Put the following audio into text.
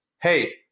hey